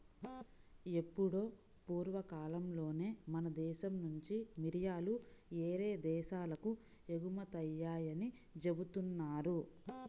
ఎప్పుడో పూర్వకాలంలోనే మన దేశం నుంచి మిరియాలు యేరే దేశాలకు ఎగుమతయ్యాయని జెబుతున్నారు